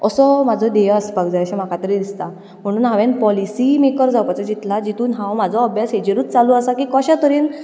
असो म्हजो ध्येय आसपाक जाय अशें म्हाका तरी दिसता म्हणून हांवें पॉलिसी मेकर जावपाचें चिंतलां जितून हांव म्हाजो अभ्यास हेचेरूच चालू आसा की कश्या तरेन